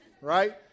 right